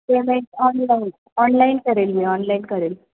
payment online online करेल मी online करेल